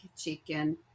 chicken